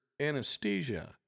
anesthesia